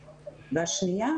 והשנייה,